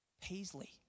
Paisley